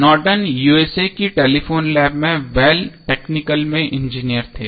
Norton USA की telephone lab में Bell technical में इंजीनियर थे